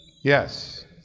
Yes